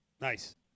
Nice